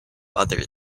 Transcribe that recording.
other